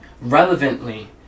relevantly